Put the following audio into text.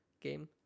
game